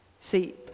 See